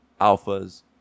alpha's